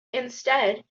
instead